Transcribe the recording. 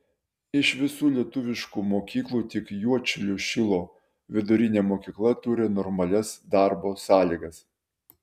iš visų lietuviškų mokyklų tik juodšilių šilo vidurinė mokykla turi normalias darbo sąlygas